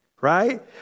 right